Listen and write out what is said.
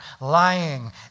lying